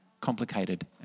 complicated